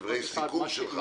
דברי סיכום.